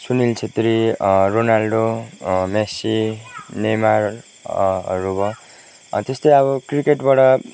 Sunil Chhetri Ronaldo Messi Neymar हरू भयो तेस्तै अब क्रिकेटबाट